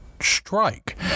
strike